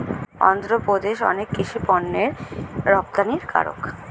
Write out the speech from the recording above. অন্ধ্রপ্রদেশ অনেক কৃষি পণ্যের রপ্তানিকারক